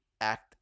act